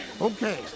Okay